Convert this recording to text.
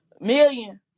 million